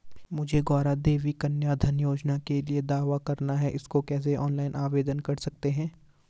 मुझे गौरा देवी कन्या धन योजना के लिए दावा करना है इसको कैसे ऑनलाइन आवेदन कर सकते हैं?